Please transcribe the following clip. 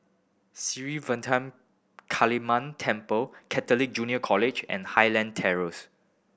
Sri Vadapathira Kaliamman Temple Catholic Junior College and Highland Terrace